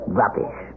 rubbish